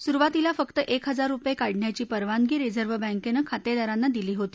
सुरुवातीला फक्त एक हजार रुपये काढण्याची परवानगी रिझर्व्ह बँकेनं खातेदारांना दिली होती